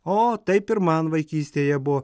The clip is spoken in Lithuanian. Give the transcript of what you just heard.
o taip ir man vaikystėje buvo